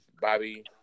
Bobby